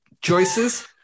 choices